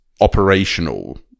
operational